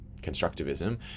constructivism